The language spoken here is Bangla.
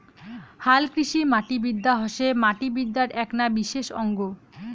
হালকৃষিমাটিবিদ্যা হসে মাটিবিদ্যার এ্যাকনা বিশেষ অঙ্গ